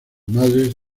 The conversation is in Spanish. madres